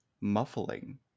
muffling